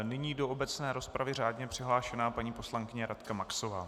Nyní do obecné rozpravy řádně přihlášená paní poslankyně Radka Maxová.